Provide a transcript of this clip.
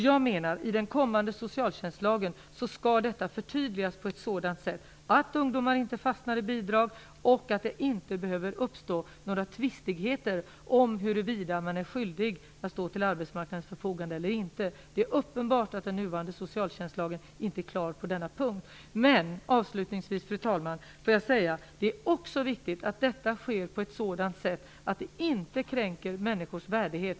Jag menar att i den kommande socialtjänstlagen skall detta förtydligas på ett sådant sätt att ungdomar inte fastnar i bidrag och att det inte behöver uppstå några tvistigheter om huruvida man är skyldig att stå till arbetsmarknadens förfogande eller inte. Det är uppenbart att den nuvarande socialtjänstlagen inte är klar på denna punkt. Fru talman! Avslutningsvis vill jag säga att det också är viktigt att detta sker på ett sådant sätt att det inte kränker människors värdighet.